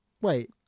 wait